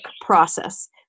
process